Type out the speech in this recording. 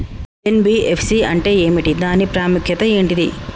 NBFC అంటే ఏమిటి దాని ప్రాముఖ్యత ఏంటిది?